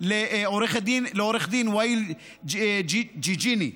לעו"ד ואיל ג'יג'יני,